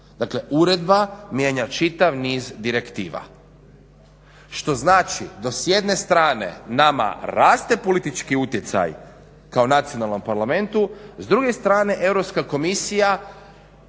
Dakle, uredba mijenja čitav niz direktiva. Što znači dok s jedne strane nama raste politički utjecaj kao nacionalnom parlamentu, s druge strane Europska komisija